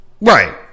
Right